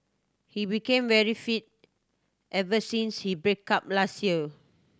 he became very fit ever since he break up last year